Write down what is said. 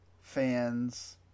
fans